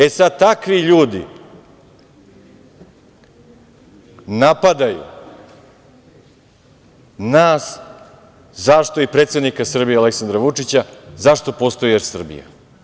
E, sad takvi ljudi napadaju nas i predsednika Srbije Aleksandra Vučića zašto postoji „Er Srbija“